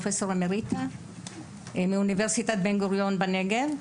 פרופסור אמריטוס מאוניברסיטת בן גוריון בנגב.